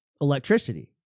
electricity